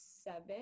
seven